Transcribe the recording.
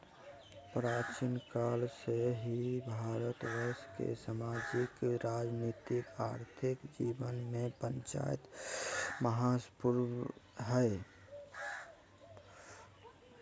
प्राचीन काल से ही भारतवर्ष के सामाजिक, राजनीतिक, आर्थिक जीवन में पंचायत महत्वपूर्ण हइ